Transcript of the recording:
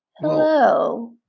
hello